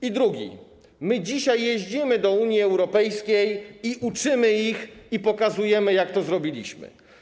I drugi: My dzisiaj jeździmy do Unii Europejskiej i uczymy ich, pokazujemy, jak to zrobiliśmy.